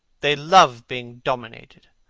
they love being dominated.